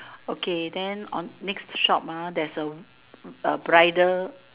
okay then on next shop ah there's a a bridal